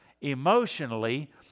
emotionally